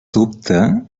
dubte